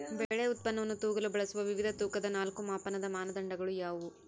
ಬೆಳೆ ಉತ್ಪನ್ನವನ್ನು ತೂಗಲು ಬಳಸುವ ವಿವಿಧ ತೂಕದ ನಾಲ್ಕು ಮಾಪನದ ಮಾನದಂಡಗಳು ಯಾವುವು?